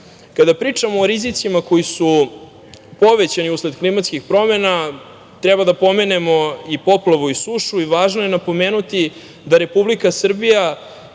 pričamo o rizicima koji su povećani usled klimatskih promena, treba da pomenemo i poplavu i sušu. Važno je napomenuti da Republika Srbija